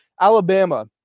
Alabama